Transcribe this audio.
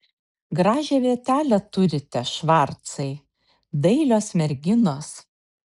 gražią vietelę turite švarcai dailios merginos